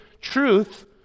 truth